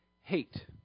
hate